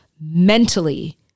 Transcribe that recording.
mentally